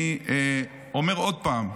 אני אומר עוד פעם,